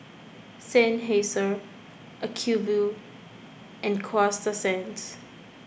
Seinheiser Acuvue and Coasta Sands